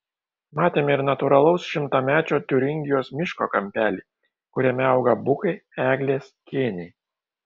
matėme ir natūralaus šimtamečio tiuringijos miško kampelį kuriame auga bukai eglės kėniai